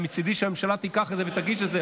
מצידי שהממשלה תיקח את זה ותגיש את זה,